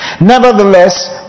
Nevertheless